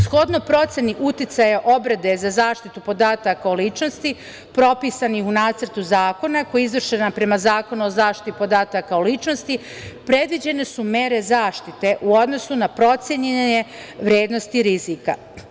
Shodno proceni uticaja obrade za zaštitu podataka o ličnosti propisani u Nacrtu zakona koji je izvršen prema Zakonu o zaštiti podataka o ličnosti predviđene su mere zaštite u odnosu na procenjene vrednosti rizika.